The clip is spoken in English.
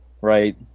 right